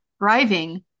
driving